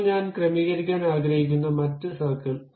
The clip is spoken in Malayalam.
ഇപ്പോൾ ഞാൻ ക്രമീകരിക്കാൻ ആഗ്രഹിക്കുന്ന മറ്റ് സർക്കിൾ